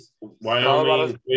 Wyoming